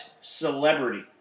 celebrity